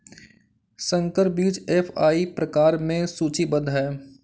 संकर बीज एफ.आई प्रकार में सूचीबद्ध है